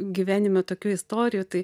gyvenime tokių istorijų tai